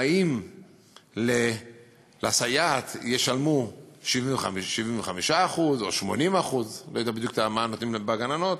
אם לסייעת ישלמו 75% או 80% אני לא יודע בדיוק מה נותנים לגננות,